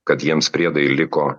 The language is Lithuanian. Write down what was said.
kad jiems priedai liko